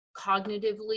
cognitively